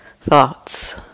Thoughts